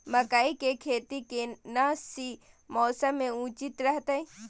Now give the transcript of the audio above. मकई के खेती केना सी मौसम मे उचित रहतय?